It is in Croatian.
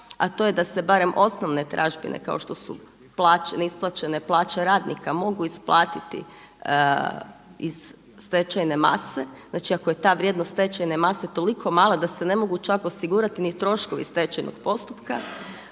a to je da se barem osnovne tražbine plaće, neisplaćene plaće radnika mogu isplatiti iz stečajne mase, znači ako je ta vrijednost stečajne mase toliko mala da se ne mogu čak osigurati ni troškovi stečajnog postupka,